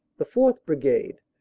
the fourth. brigade,